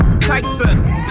Tyson